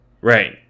Right